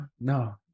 No